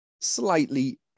slightly